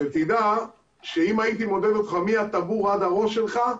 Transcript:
שתדע שאם הייתי מודד אותך מהטבור עד הראש שלך,